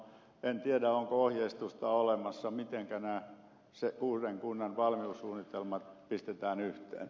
en tiedä onko ohjeistusta olemassa mitenkä se uuden kunnan valmiussuunnitelma pistetään yhteen